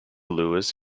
lures